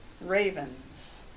ravens